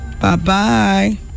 Bye-bye